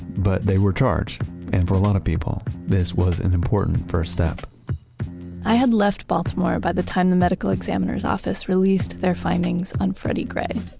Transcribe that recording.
but they were charged. and for a lot of people this was an important first step i had left baltimore by the time the medical examiners office released their findings on freddie gray.